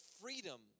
freedom